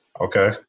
Okay